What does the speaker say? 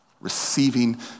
Receiving